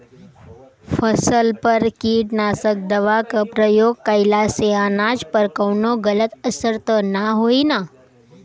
फसल पर कीटनाशक दवा क प्रयोग कइला से अनाज पर कवनो गलत असर त ना होई न?